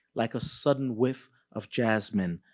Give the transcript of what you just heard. like a sudden whiff of jasmine,